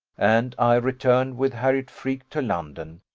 and i returned with harriot freke to london,